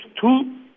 two